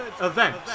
event